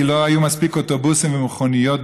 כי לא היו מספיק אוטובוסים ומכוניות,